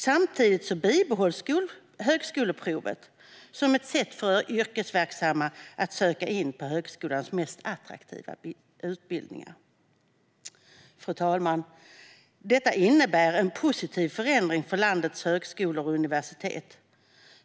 Samtidigt bibehålls högskoleprovet som ett sätt för yrkesverksamma att söka in på högskolans mest attraktiva utbildningar. Fru talman! Detta innebär en positiv förändring för landets högskolor och universitet.